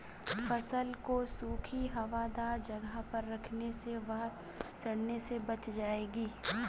फसल को सूखी, हवादार जगह पर रखने से वह सड़ने से बच जाएगी